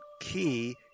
key